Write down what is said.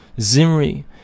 Zimri